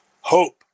Hope